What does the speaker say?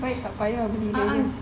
baik tak payah beli seh